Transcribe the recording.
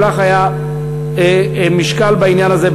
גם לך היה משקל בעניין הזה,